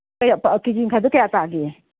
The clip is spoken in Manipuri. ꯀꯦ ꯖꯤ ꯃꯈꯥꯏꯗꯣ ꯀꯌꯥ ꯇꯥꯒꯦ